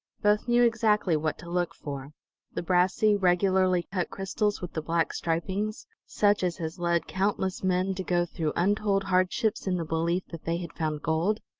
both knew exactly what to look for the brassy, regularly cut crystals with the black stripings, such as has led countless men to go through untold hardships in the belief that they had found gold.